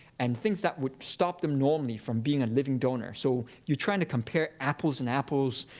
and things that would stop them normally from being a living donor. so you're trying to compare apples and apples.